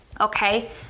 Okay